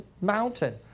mountain